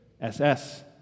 SS